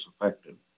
affected